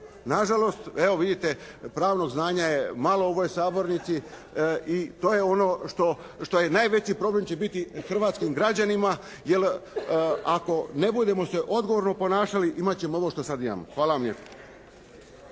Na žalost evo vidite pravnog znanja je malo u ovoj sabornici i to je ono što, što najveći problem će biti hrvatskim građanima, jer ako ne budemo se odgovorno ponašali imati ćemo ovo što sada imamo. Hvala vam lijepo.